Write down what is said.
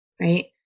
right